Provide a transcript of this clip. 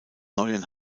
neuen